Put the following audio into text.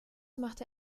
machte